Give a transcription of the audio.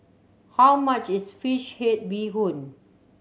how much is fish head bee hoon